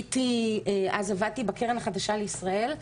אז עבדתי בקרן החדשה לישראל,